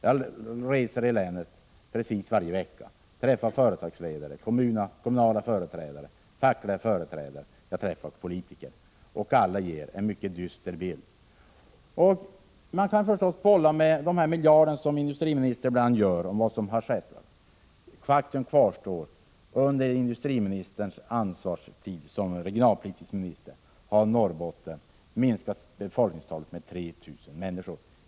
Jag reser i länet precis varje vecka och träffar företagsledare, kommunala och fackliga företrädare samt politiker. Och alla ger en mycket dyster bild av verkligheten. Man kan förstås bolla med miljarderna som industriministern ibland gör beträffande vad som har skett. Men faktum kvarstår: under industriministerns ansvarstid som regionalpolitisk minister har Norrbotten minskat befolkningstalet med 3 000 personer.